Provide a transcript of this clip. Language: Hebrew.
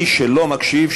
מי שלא מקשיב,